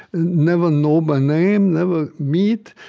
and never know by name, never meet,